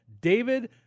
David